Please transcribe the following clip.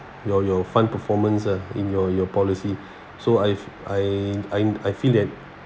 your your fund performance ah in your your policy so I I I I feel that